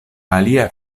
alia